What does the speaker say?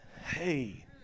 Hey